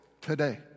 today